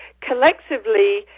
collectively